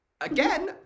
Again